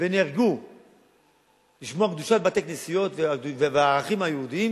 ונהרגו כדי לשמור על קדושת בתי-כנסיות וערכים יהודיים,